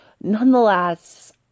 Nonetheless